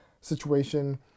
situation